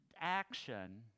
action